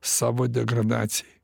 savo degradacijai